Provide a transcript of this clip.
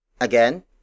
Again